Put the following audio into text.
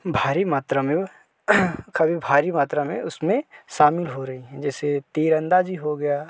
भारी मात्रा में काफ़ी भारी मात्रा में उसमें शामिल हो रही हैं जैसे तीर अंदाजी हो गया